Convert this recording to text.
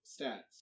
stats